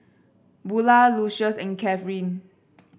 Bula Lucious and Kathyrn